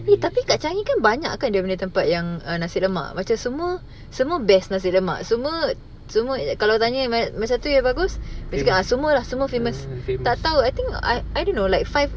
eh tapi kat changi banyakkan dia punya tempat yang nasi lemak macam semua semua best nasi lemak so semua semua kalau tanya mana satu yang bagus dia cakap ah semua semua famous tak tahu I think I don't know like five